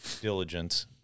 diligence